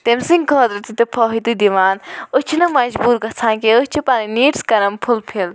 تٔمۍ سٕنٛدۍ خٲطرٕ تہِ تہٕ فٲیدِ دوان أسۍ چھِنہٕ مجبوٗر گَژھان کیٚنٛہہ أسۍ چھِ پَنِنۍ نیٖڈٕس کران فُل فِل